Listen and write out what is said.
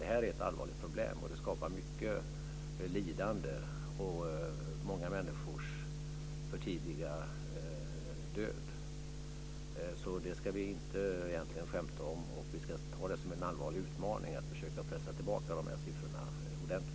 Detta är nämligen ett allvarligt problem, som skapar mycket lidande och många människors för tidiga död. Egentligen ska vi alltså inte skämta om detta, och vi ska ta det som en allvarlig utmaning att försöka pressa tillbaka siffrorna ordentligt.